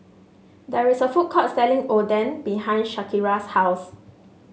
there is a food court selling Oden behind Shaniqua's house